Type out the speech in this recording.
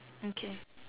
mm K